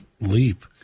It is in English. leap